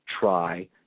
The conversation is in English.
try